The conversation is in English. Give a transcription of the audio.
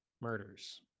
murders